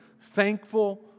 Thankful